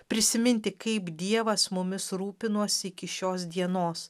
prisiminti kaip dievas mumis rūpinosi iki šios dienos